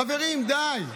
חברים, די,